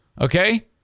Okay